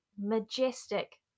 majestic